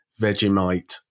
Vegemite